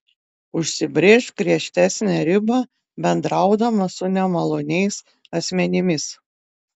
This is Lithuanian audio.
užsibrėžk griežtesnę ribą bendraudama su nemaloniais asmenimis